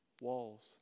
walls